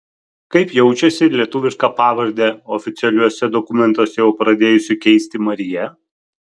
kaip jaučiasi lietuvišką pavardę oficialiuose dokumentuose jau pradėjusi keisti marija